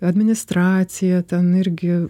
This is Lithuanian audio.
administracija ten irgi